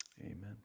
amen